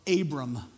Abram